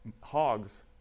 Hogs